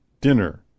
dinner